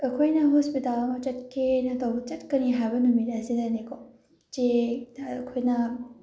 ꯑꯩꯈꯣꯏꯅ ꯍꯣꯁꯄꯤꯇꯜ ꯑꯃ ꯆꯠꯀꯦꯅ ꯇꯧꯕ ꯆꯠꯀꯅꯤ ꯍꯥꯏꯕ ꯅꯨꯃꯤꯠ ꯑꯁꯤꯗꯅꯦꯀꯣ ꯆꯦ ꯑꯩꯈꯣꯏꯅ